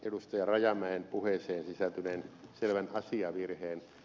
rajamäen puheeseen sisältyneen selvän asiavirheen